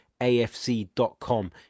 afc.com